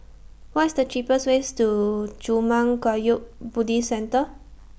What IS The cheapest ways to Zurmang Kagyud Buddhist Centre